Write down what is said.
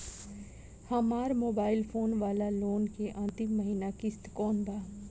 हमार mobile phone वाला loan के अंतिम महिना किश्त कौन बा?